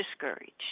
discouraged